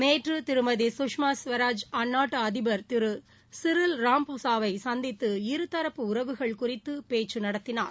நேற்று திருமதி சுஷ்மா சுவராஜ் அந்நாட்டு அதிபர் திரு சிரில் ராமபோசாவை சந்தித்து இருதரப்பு உறவுகள் குறித்து பேச்சு நடத்தினார்